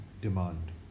demand